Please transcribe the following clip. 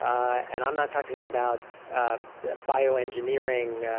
um and i'm not talking about bioengineering,